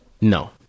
No